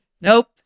Nope